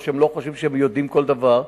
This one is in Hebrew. או שהם לא חושבים שהם יודעים כל דבר,